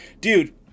Dude